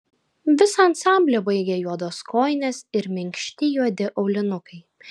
visą ansamblį baigė juodos kojinės ir minkšti juodi aulinukai